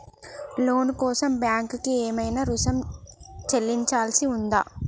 లోను కోసం బ్యాంక్ కి ఏమైనా రుసుము చెల్లించాల్సి ఉందా?